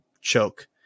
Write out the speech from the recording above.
choke